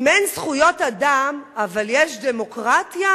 אם אין זכויות אדם אבל יש דמוקרטיה,